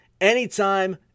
anytime